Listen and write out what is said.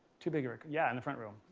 too big of a yeah in the front row?